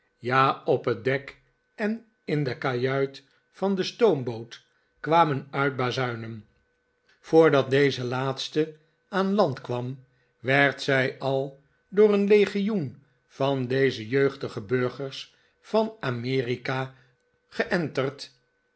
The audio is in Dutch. ja op het dek en in de kajuit van de stoomboot kwamen uitbazuinen voordat deze laatste aan land kwam werd zij al door een legioen van deze jeugdige burgers van amerika geenterd